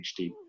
HD